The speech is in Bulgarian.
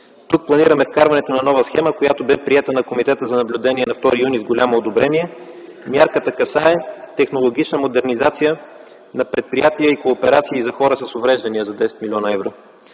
Тук планираме вкарването на нова схема, която бе приета от Комитета за наблюдение на 2 юни с голямо одобрение. Мярката касае технологична модернизация на предприятия и кооперации за хора с увреждания за 10 млн. евро.